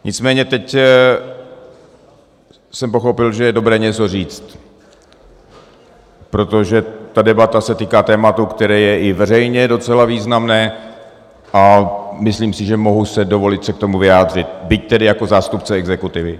Nicméně teď jsem pochopil, že je dobré něco říct, protože ta debata se týká tématu, které je i veřejně docela významné, a myslím si, že si mohu dovolit se k tomu vyjádřit, byť tedy jako zástupce exekutivy.